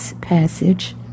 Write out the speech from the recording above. passage